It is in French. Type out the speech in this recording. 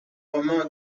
romain